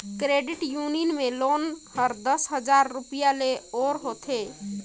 credit union में loan हर दस हजार रूपिया ले ओर होथे